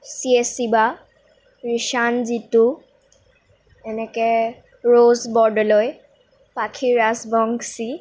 C H Shiva Richan Jitu এনেকৈ ৰৌজ বৰদলৈ পাখি ৰাজবংশী